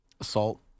Assault